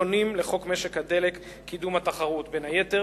משק הדלק (קידום התחרות) (תיקון מס' 4),